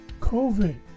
COVID